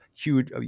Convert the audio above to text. huge